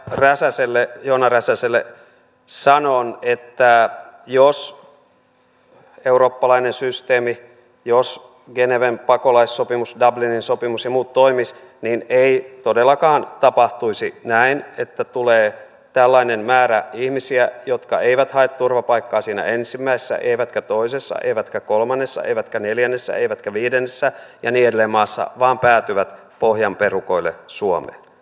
edustaja joona räsäselle sanon että jos eurooppalainen systeemi geneven pakolaissopimus dublinin sopimus ja muut toimisivat niin ei todellakaan tapahtuisi näin että tulee tällainen määrä ihmisiä jotka eivät hae turvapaikkaa siinä ensimmäisessä eivätkä toisessa eivätkä kolmannessa eivätkä neljännessä eivätkä viidennessä ja niin edelleen maassa vaan päätyvät pohjan perukoille suomeen